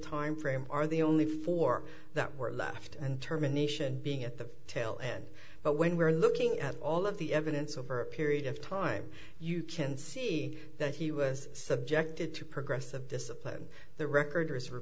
timeframe are the only four that were left and terminations being at the tail end but when we're looking at all of the evidence over a period of time you can see that he was subjected to progressive discipline the record